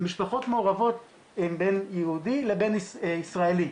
משפחות מעורבות בין יהודי לבין ישראלי.